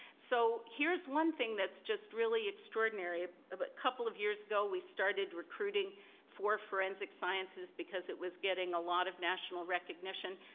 so here's one thing that's just really extraordinary. a couple of years ago, we started recruiting for forensic sciences because it was getting a lot of national recognition.